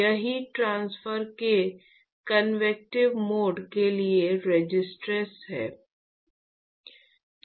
यह heat transfer के convective mode के लिए रेजिस्टेंस है